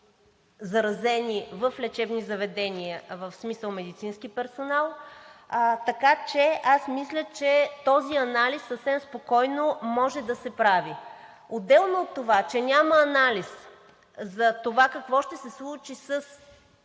заразени в лечебни заведения, в смисъл – медицински персонал. Така че мисля, че този анализ съвсем спокойно може да се прави. Отделно от това, че няма анализ какво ще се случи с